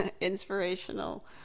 inspirational